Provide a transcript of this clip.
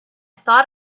thought